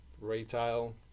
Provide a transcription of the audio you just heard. Retail